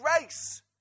race